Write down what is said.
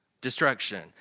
Destruction